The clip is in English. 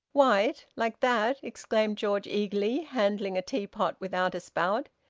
white, like that? exclaimed george eagerly, handling a teapot without a spout.